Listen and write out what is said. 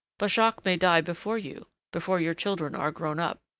but jacques may die before you, before your children are grown up,